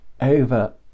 over